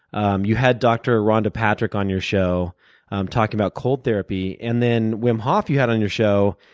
um you had dr. rhonda patrick on your show talking about cold therapy. and then wim hof you had on your show.